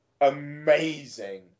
amazing